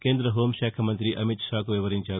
కేంద్ర హౌంశాఖ మంత్రి అమిత్షాకు వివరించారు